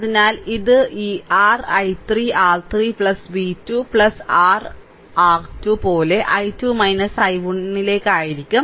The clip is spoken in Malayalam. അതിനാൽ ഇത് ഈ r I3 R3 v 2 r R 2 പോലെ I2 I1 ലേക്ക് ആയിരിക്കും